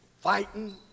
Fighting